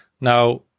Now